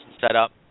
setup